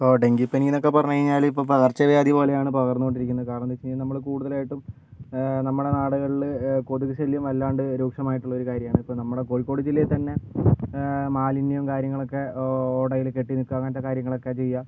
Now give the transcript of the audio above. ഇപ്പോൾ ഡെങ്കിപ്പനിയെന്നൊക്കെ പറഞ്ഞ് കഴിഞ്ഞാൽ ഇപ്പോൾ പകർച്ചവ്യാധി പോലെയാണ് പകർന്ന് കൊണ്ടിരിക്കുന്നത് കാരണമെന്ന് വെച്ചുകഴിഞപഞ്ഞാൽ നമ്മൾ കൂടുതലായിട്ടും നമ്മുടെ നാടുകളിൽ കൊതുക് ശല്യം വല്ലാണ്ട് രൂക്ഷമായിട്ടുള്ള ഒരു കാര്യമാണ് ഇപ്പോൾ നമ്മുടെ കോഴിക്കോട് ജില്ലയിൽ തന്നെ മാലിന്യം കാര്യങ്ങളൊക്കെ ഓടയിൽ കെട്ടി നിൽക്കുക അങ്ങനത്തെ കാര്യങ്ങളൊക്കെ ചെയ്യുക